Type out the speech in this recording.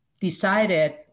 decided